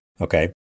Okay